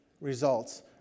results